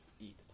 eat